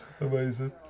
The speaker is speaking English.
Amazing